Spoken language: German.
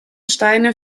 steine